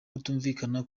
kutumvikana